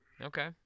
okay